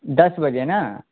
دس بجے نا